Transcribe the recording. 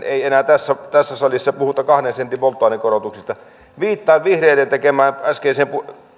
ei enää tässä tässä salissa puhuta kahden sentin polttoaineen korotuksista viittaan äskeiseen